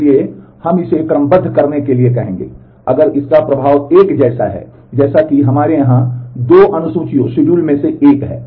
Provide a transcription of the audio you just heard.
इसलिए हम इसे आप क्रमबद्ध करने के लिए कहेंगे अगर इसका प्रभाव एक जैसा है जैसा कि हमारे यहां दो अनुसूचियों में से एक है